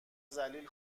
ذلیل